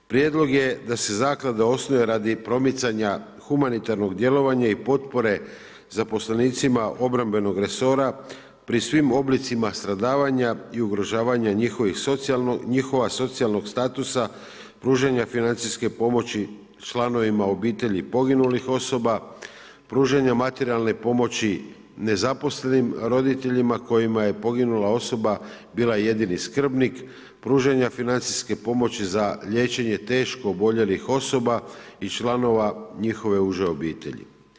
Prijedlog je da se zaklada osnuje radi promicanja humanitarnog djelovanja i potpore zaposlenicima obrambenog resora pri svim oblicima stradavanja i ugrožavanja njihovog socijalnog statusa, pružanja financijske pomoći članovi obitelji poginulih osoba, pružanja materijalne pomoći nezaposlenim roditeljima kojima je poginula osoba bila jedini skrbnik, pružanja financijske pomoći za liječenje teško oboljelih osoba i članova njihove uže obitelji.